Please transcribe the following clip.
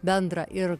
bendrą ir